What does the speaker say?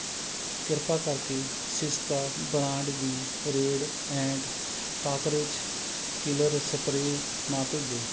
ਕਿਰਪਾ ਕਰਕੇ ਸਿਸਕਾ ਬ੍ਰਾਂਡ ਦੀ red ant cockroach killer spray ਨਾ ਭੇਜੋ